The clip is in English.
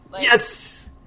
Yes